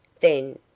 then,